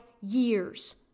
years